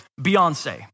Beyonce